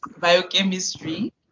biochemistry